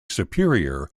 superior